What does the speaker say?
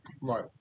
Right